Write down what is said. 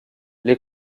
les